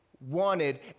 Wanted